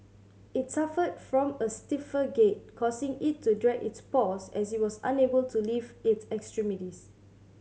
it suffered from a stiffer gait causing it to drag its paws as it was unable to lift its extremities